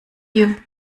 you